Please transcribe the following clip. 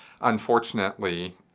unfortunately